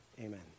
Amen